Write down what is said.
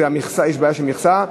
יש בעיה של מכסה.